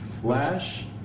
Flash